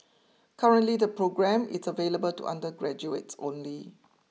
currently the programme is available to undergraduates only